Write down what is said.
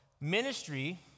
Ministry